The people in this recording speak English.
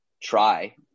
try